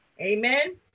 Amen